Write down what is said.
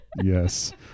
Yes